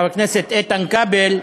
חבר הכנסת איתן כבל,